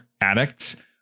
addicts